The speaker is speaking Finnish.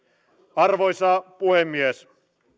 arvoisa puhemies